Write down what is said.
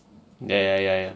ya ya ya